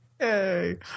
Hey